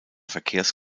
verkehrs